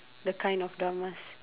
the kind of dramas